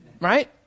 Right